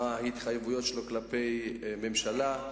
מה ההתחייבויות שלו כלפי הממשלה,